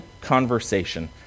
conversation